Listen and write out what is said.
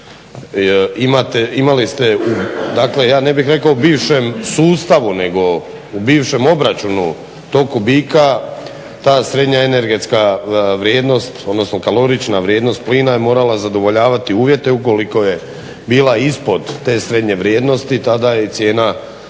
imali ste, dakle ja ne bih rekao u bivšem sustavu, nego u bivšem obračunu tog kubika ta srednja energetska vrijednost, odnosno kalorična vrijednost plina je morala zadovoljavati uvjete ukoliko je bila ispod te srednje vrijednosti. Tada je i cijena